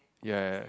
ya